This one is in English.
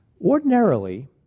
Ordinarily